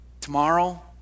tomorrow